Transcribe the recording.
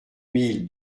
mille